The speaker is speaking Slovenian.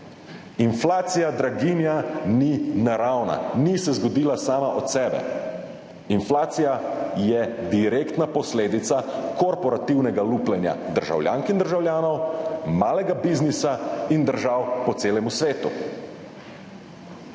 Inflacija, draginja ni naravna, ni se zgodila sama od sebe. Inflacija je direktna posledica korporativnega lupljenja državljank in državljanov, malega biznisa in držav po celem svetu.